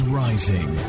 rising